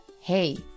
Hey